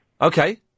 Okay